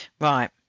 Right